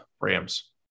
Rams